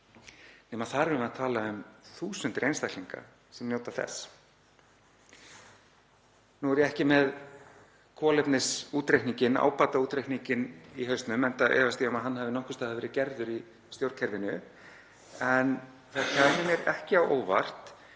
nema þar erum við að tala um þúsundir einstaklinga sem njóta þess. Nú er ég ekki með kolefnisútreikninginn, ábataútreikninginn, í hausnum enda efast ég um að hann hafi nokkurs staðar verið gerður í stjórnkerfinu en það kæmi mér ekki á óvart